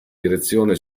direzione